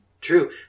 True